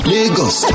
Lagos